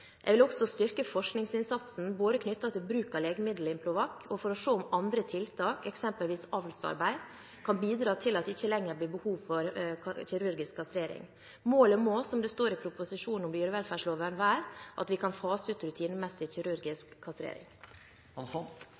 Jeg vil også styrke forskningsinnsatsen, både knyttet til bruk av legemiddelet Improvac og for å se om andre tiltak, eksempelvis avlsarbeid, kan bidra til at det ikke lenger blir behov for kirurgisk kastrering. Målet må, som det står i proposisjonen om dyrevelferdsloven, være at vi kan fase ut rutinemessig kirurgisk kastrering. Kirurgisk kastrering